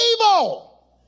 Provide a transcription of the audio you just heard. Evil